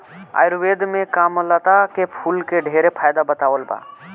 आयुर्वेद में कामलता के फूल के ढेरे फायदा बतावल बा